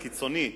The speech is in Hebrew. הקיצוני,